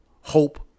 Hope